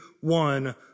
one